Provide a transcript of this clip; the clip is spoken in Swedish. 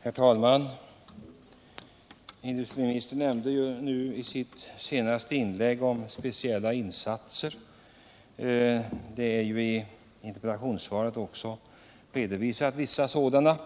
Herr talman! Industriministern nämnde i sitt senaste inlägg ”speciella insatser”. I interpellationssvaret finns också vissa sådana